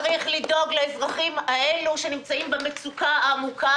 צריך לדאוג לאזרחים האלו שנמצאים במצוקה העמוקה